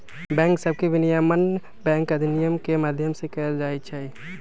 bank सभके विनियमन bank अधिनियम के माध्यम से कएल जाइ छइ